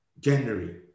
January